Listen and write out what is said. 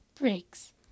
breaks